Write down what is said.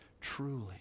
Truly